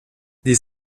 des